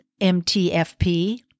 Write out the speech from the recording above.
MTFP